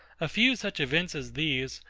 a few such events as these,